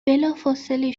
بلافاصله